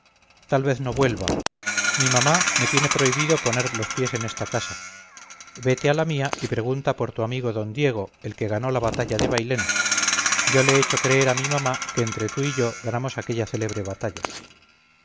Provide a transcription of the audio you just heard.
tal vez no vuelva mi mamá me tiene prohibido poner los pies en esta casa vete a la mía y pregunta por tu amigo don diego el que ganó la batalla de bailén yo le he hecho creer a mi mamá que entre tú y yo ganamos aquella célebre batalla